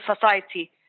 society